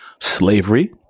slavery